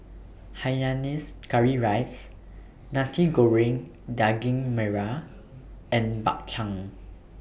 Hainanese Curry Rice Nasi Goreng Daging Merah and Bak Chang